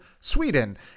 Sweden